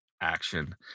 action